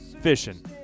fishing